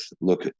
look